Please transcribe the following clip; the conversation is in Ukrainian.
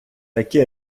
таке